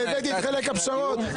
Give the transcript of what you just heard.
והבאתי חלק מהפשרות.